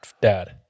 dad